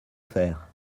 faire